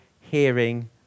hearing